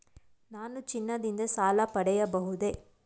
ನಾನು ಚಿನ್ನದಿಂದ ಸಾಲ ಪಡೆಯಬಹುದೇ?